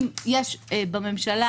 אם יש בממשלה